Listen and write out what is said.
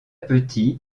petit